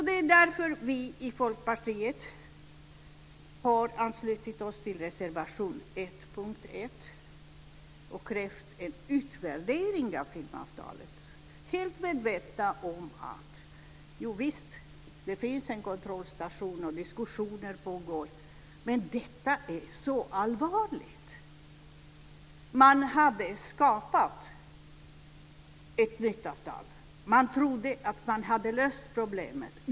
Därför har vi i Folkpartiet anslutit oss till reservation 1 under punkt 1 och krävt en utvärdering av filmavtalet. Visst, det finns en kontrollstation, och diskussioner pågår, men detta är så allvarligt! Man hade skapat ett nytt avtal. Man trodde att man hade löst problemet.